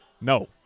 No